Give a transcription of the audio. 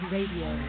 Radio